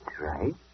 right